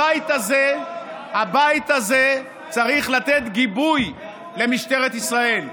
הבית הזה צריך לתת גיבוי למשטרת ישראל.